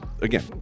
again